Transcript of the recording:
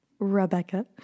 Rebecca